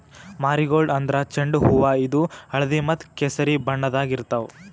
marigold ಅಂದ್ರ ಚೆಂಡು ಹೂವಾ ಇದು ಹಳ್ದಿ ಮತ್ತ್ ಕೆಸರಿ ಬಣ್ಣದಾಗ್ ಇರ್ತವ್